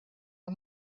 the